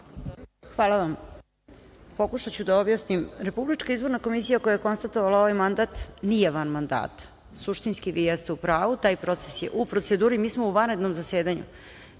Hvala vam. Pokušaću da objasnim. Republička izborna komisija koja je konstatovala ovaj mandat nije van mandata. Suštinski, vi jeste u pravu. Taj proces je u proceduri. Mi smo u vanrednom zasedanju.